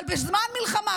אבל בזמן מלחמה,